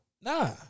Nah